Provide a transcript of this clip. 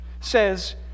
says